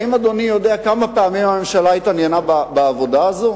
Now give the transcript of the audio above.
האם אדוני יודע כמה פעמים הממשלה התעניינה בעבודה הזאת?